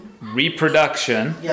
reproduction